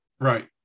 Right